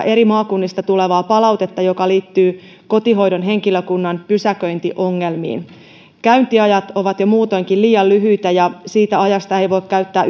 eri maakunnista tulevaa palautetta joka liittyy kotihoidon henkilökunnan pysäköintiongelmiin käyntiajat ovat jo muutoinkin liian lyhyitä ja siitä ajasta ei voi käyttää